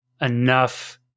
enough